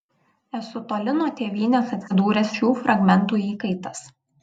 esu toli nuo tėvynės atsidūręs šių fragmentų įkaitas